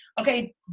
Okay